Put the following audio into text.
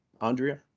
andrea